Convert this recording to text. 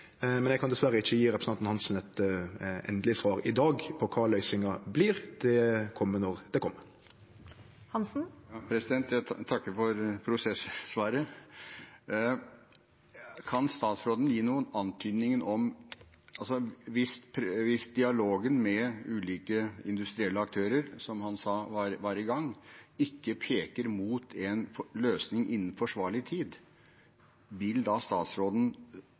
men eg kan dessverre ikkje i dag gje representanten Hansen eit endeleg svar på kva løysinga blir. Det kjem når det kjem. Jeg takker for prosessvaret. Kan statsråden gi noen antydninger om hvorvidt han, hvis dialogen med industrielle aktører – som han sa var i gang – ikke peker mot en løsning innen forsvarlig tid, vil